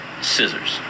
Scissors